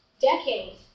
decade